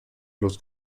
los